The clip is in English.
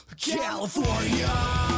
California